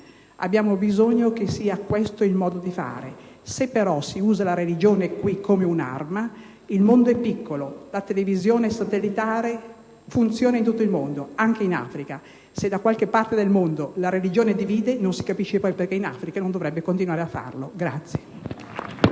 abbiamo bisogno che sia questo il modo di fare. Se però qui si usa la religione come un'arma, il mondo è piccolo, la televisione satellitare funziona in tutto il mondo, anche in Africa: se da qualche parte del mondo la religione divide, non si capisce poi perché in Africa non dovrebbe continuare a farlo.